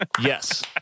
Yes